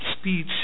speech